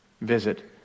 visit